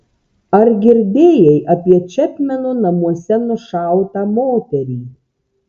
ar girdėjai apie čepmeno namuose nušautą moterį